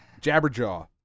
Jabberjaw